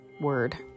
word